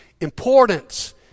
importance